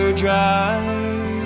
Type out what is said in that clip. drive